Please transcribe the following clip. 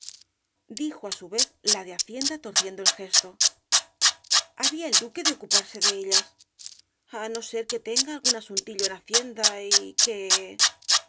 dijo á su vez la de hacienda torciendo el gesto había el duque de ocuparse de ellas á no ser que tenga algún asuntillo en hacienda y que